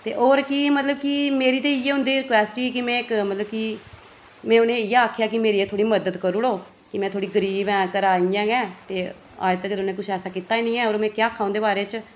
ते होर कि मतलब कि मेरी ते इ'यै उं'दे अग्गै रिक्वैस्ट ही कि में इक मतलब कि में उ'नें ई इ'यै आखेआ कि मेरी थोह्ड़ी मदद करी ओड़ो कि में थोह्ड़ी गरीब आं घरै दा इ'यां गै ते अज्ज तक्कर उ'नें किश ऐसा कीता ई निं ऐ और में केह् आक्खां उं'दे बारे च